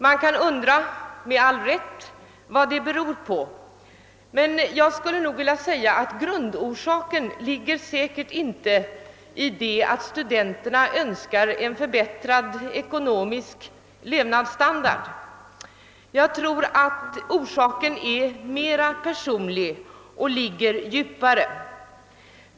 Man kan med all rätt undra över vad detta beror på. Jag skulle vilja säga att grundorsaken med säkerhet inte är att finna i det förhållandet att studenterna önskar en förbättrad ekonomisk levnadsstandard. Jag tror att orsaken är mera personlig och ligger djupare.